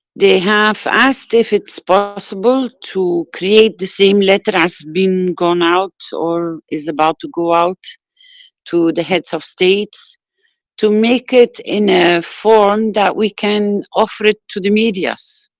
they have asked if it's possible to create the same letter as been gone out or is about to go out to the heads of states to make it in a form that we can offer it to the medias